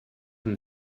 him